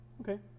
Okay